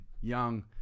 young